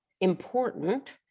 important